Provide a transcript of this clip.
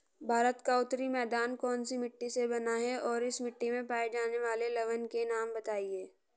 भारत का उत्तरी मैदान कौनसी मिट्टी से बना है और इस मिट्टी में पाए जाने वाले लवण के नाम बताइए?